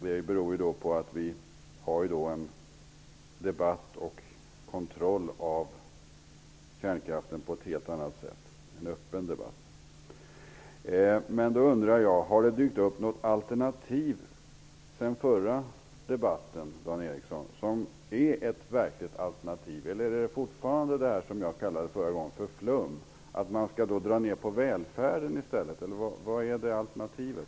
Det beror på att vi kan föra en öppen debatt om och ha en kontroll av kärnkraften på ett helt annat sätt. Då undrar jag: Har det dykt upp något alternativ sedan förra debatten, Dan Ericsson, som är ett verkligt alternativ? Eller är det fortfarande fråga om det som jag förra gången kallade för flum, alltså att man skall dra ner på välfärden i stället? Vad är alternativet?